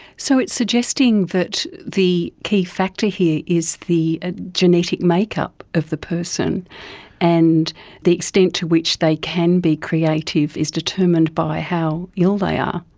so it's suggesting that the key factor here is the ah genetic make up of the person and the extent to which they can be creative is determined by how ill they are.